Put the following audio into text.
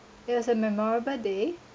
it was a memorable day